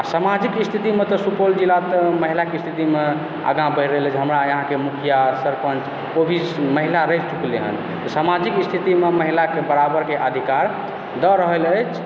सामाजिक स्थितिमे तऽ सुपौल जिलाके महिलाके स्थितिमे आगाँ बढ़ि रहल अछि हमरा यहाँके मुखिआ सरपञ्च ओ भी महिला रहि चुकलय हँ तऽ सामाजिक स्थितिमे महिलाके बराबरके अधिकार दऽ रहल अछि